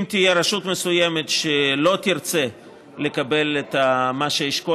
אם תהיה רשות מסוימת שלא תרצה לקבל את מה שהאשכול